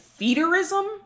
feederism